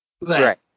Right